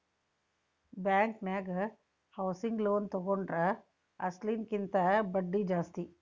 ಬ್ಯಾಂಕನ್ಯಾಗ housing loan ತಗೊಂಡ್ರ ಅಸ್ಲಿನ ಕಿಂತಾ ಬಡ್ದಿ ಜಾಸ್ತಿ